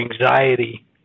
anxiety